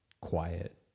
quiet